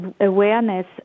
awareness